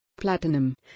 Platinum